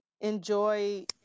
Enjoy